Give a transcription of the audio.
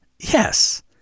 Yes